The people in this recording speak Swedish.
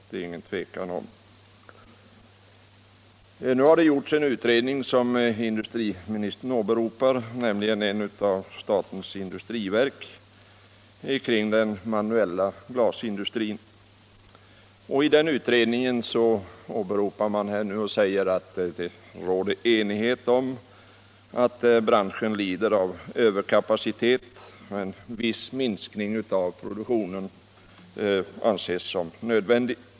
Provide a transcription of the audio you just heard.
Det är inget tvivel om det. Nu har, som industriministern påpekar i svaret, statens industriverk gjort en utredning om den manuella glasindustrin. Enligt utredningsrapporten råder det enighet om att branschen lider av överkapacitet, och en viss minskning av produktionen anses nödvändig.